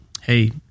hey